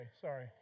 Sorry